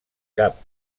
cap